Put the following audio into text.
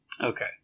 Okay